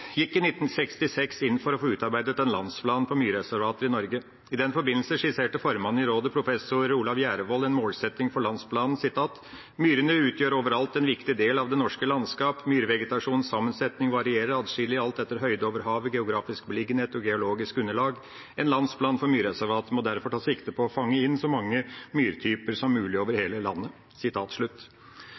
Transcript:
gikk i 1966 inn for å få utarbeidet en landsplan for myrreservater i Norge. I den forbindelse skisserte formannen i rådet, professor Olav Gjærevoll, en målsetting for landsplanen: «Myrene utgjør overalt en viktig del av det norske landskapet. Myrvegetasjonens sammensetning varierer atskillig etter høyde over havet, geografisk beliggenhet og geologisk underlag. En landsplan for myrreservater må derfor ta sikte på fange inn så mange myrtyper som mulig over det hele